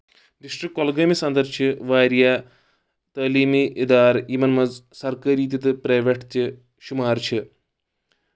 district کۄلگٲمِس اَندر چھِ واریاہ تعلیٖمی اِدار یِمن منٛز سرکٲری تہِ تہٕ پریویٹ تہِ شُمار چھُ